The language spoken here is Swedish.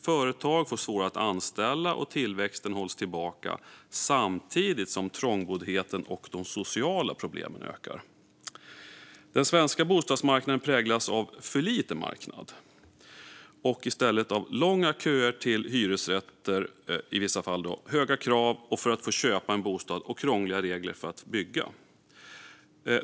Företag får svårare att anställa och tillväxten hålls tillbaka, samtidigt som trångboddheten och de sociala problemen ökar. Den svenska bostadsmarknaden präglas för lite av marknad och i stället av i vissa fall långa köer till hyresrätter, höga krav för att få köpa en bostad och krångliga regler för att få bygga.